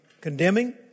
condemning